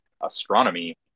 astronomy